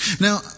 Now